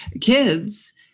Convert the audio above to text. kids